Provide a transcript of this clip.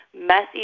messy